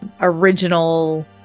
original